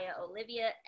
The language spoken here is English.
Olivia